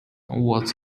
was